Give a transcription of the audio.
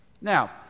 now